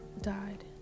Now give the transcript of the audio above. died